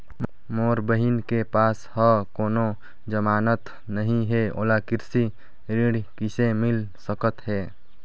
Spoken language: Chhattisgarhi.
मोर बहिन के पास ह कोनो जमानत नहीं हे, ओला कृषि ऋण किसे मिल सकत हे?